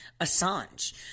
Assange